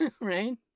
Right